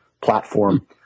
platform